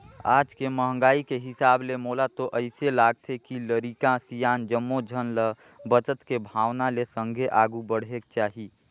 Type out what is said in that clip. आज के महंगाई के हिसाब ले मोला तो अइसे लागथे के लरिका, सियान जम्मो झन ल बचत के भावना ले संघे आघु बढ़ेक चाही